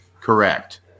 correct